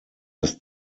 das